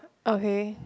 okay